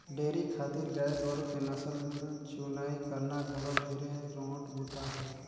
dairy खातिर गाय गोरु के नसल चुनई करना घलो ढेरे रोंट बूता हवे